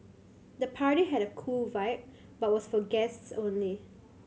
the party had a cool vibe but was for guests only